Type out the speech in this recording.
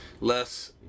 less